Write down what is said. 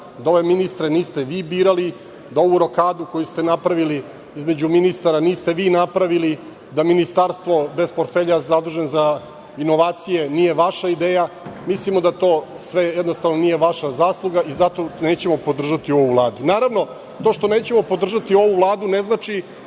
da ove ministre niste vi birali, da ovu rokadu koju ste napravili između ministara niste vi napravili, da ministarstvo bez portfelja zaduženo za inovacije nije vaša ideja. Mislimo da to nije vaša zasluga i zato nećemo podržati ovu Vladu. Naravno, to što nećemo podržati ovu Vladu ne znači